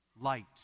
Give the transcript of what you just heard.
light